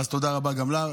אז תודה רבה גם לה,